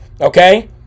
Okay